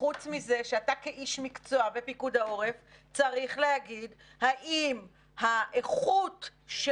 חוץ מזה שאתה כאיש מקצוע בפיקוד העורף צריך להגיד האם האיכות של